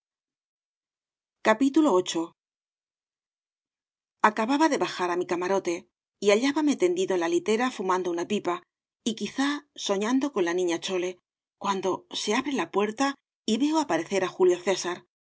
de bajar á mi cama rote y hallábame tendido en la litera fumando una pipa y quizá soñando con la niña chole cuando se abre la puerta y veo aparecer á julio césar